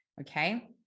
Okay